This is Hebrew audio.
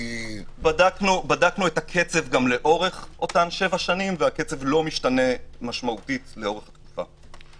בדקנו את הקצב לאורך שבע השנים והוא לא משתנה משמעותית לאורך התקופה.